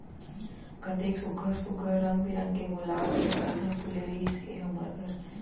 कतेक सुग्घर सुघ्घर रंग बिरंग के गुलाब के फूल ह फूले रिहिस हे हमर घर